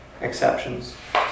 exceptions